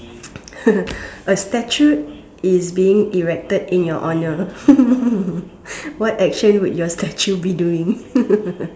a statute is being erected in your honor what action would your statue be doing